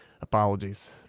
Apologies